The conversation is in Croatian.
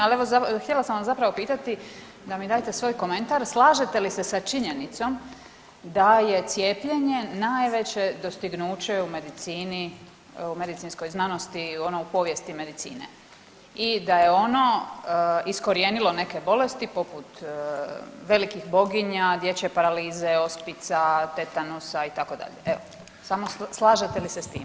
Al evo, htjela sam vas zapravo pitati da mi date svoj komentar slažete li se sa činjenicom da je cijepljenje najveće dostignuće u medicini, u medicinskoj znanosti, ono u povijesti medicine i da je ono iskorijenilo neke bolesti poput velikih boginja, dječje paralize, ospica, tetanusa itd., evo samo slažete li se s time?